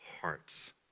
hearts